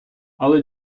але